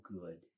good